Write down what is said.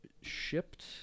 shipped